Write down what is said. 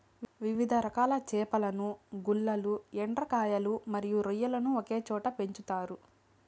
వివిధ రకాల చేపలను, గుల్లలు, ఎండ్రకాయలు మరియు రొయ్యలను ఒకే చోట పెంచుతారు